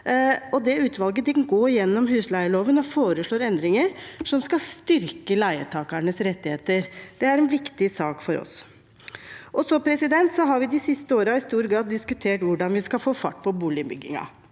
med. Utvalget går gjennom husleieloven og foreslår endringer som skal styrke leietakernes rettigheter. Det er en viktig sak for oss. De siste årene har vi i stor grad diskutert hvordan vi skal få fart på boligbyggingen